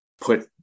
put